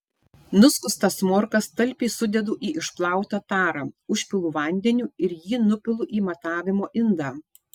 nuskustas morkas talpiai sudedu į išplautą tarą užpilu vandeniu ir jį nupilu į matavimo indą